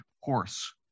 horse